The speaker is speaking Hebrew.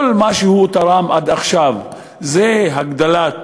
כל מה שהוא תרם עד עכשיו זה הגדלת